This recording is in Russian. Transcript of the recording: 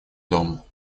дому